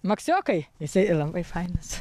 maksiokai jisai labai failas